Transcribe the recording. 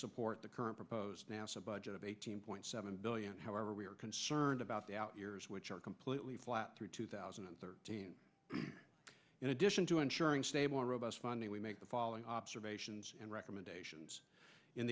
support the current proposed nasa budget of eighteen point seven billion however we are concerned about the out years which are completely flat through two thousand and thirteen in addition to ensuring stable and robust funding we make the following observations and recommendations in